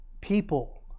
people